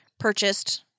Purchased